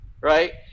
right